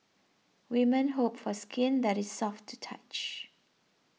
women hope for skin that is soft to touch